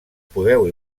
podeu